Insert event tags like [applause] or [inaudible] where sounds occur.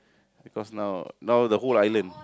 because now now the whole island [noise]